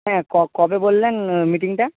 হ্যাঁ কবে বললেন মিটিংটা